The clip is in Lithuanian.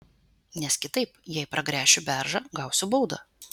nes kitaip jei pragręšiu beržą gausiu baudą